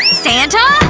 santa?